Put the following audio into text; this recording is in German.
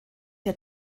der